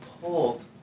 pulled